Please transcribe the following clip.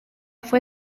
fue